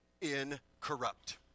incorrupt